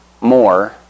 more